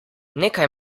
nekaj